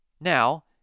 Now